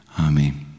Amen